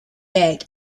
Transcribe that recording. deck